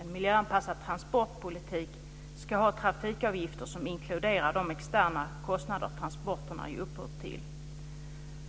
En miljöanpassad transportpolitik ska ha trafikavgifter som inkluderar de externa kostnader som transporterna ger upphov till.